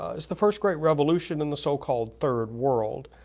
it's the first great revolution in the so-called third world.